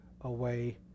away